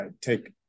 take